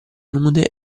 nude